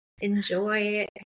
enjoy